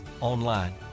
online